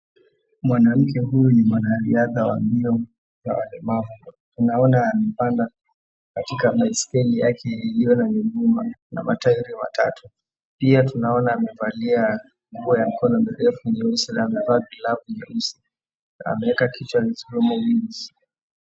Mwanamke huyu ni mwanariadha wa mbio za walemavu. Tunaona amepanda katika baiskeli yake iliyo na miguu miwili na matairi matatu. Pia tunaona amevalia nguo ya mkono mrefu nyeusi na amevaa glove nyeusi. Ameweka kichwa [haikusikika].